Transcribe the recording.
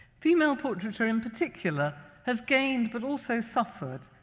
female portraiture in particular has gained, but also suffered,